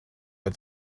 but